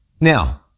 Now